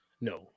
No